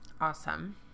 Awesome